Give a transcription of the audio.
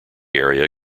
area